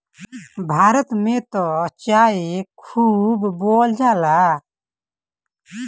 भारत में त चाय खूब बोअल जाला